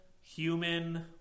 human